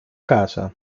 casa